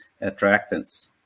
attractants